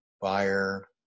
fire